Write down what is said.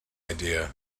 idea